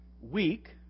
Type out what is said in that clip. weak